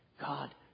God